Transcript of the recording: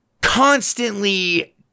constantly